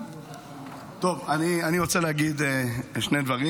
אני רוצה להגיד שני דברים.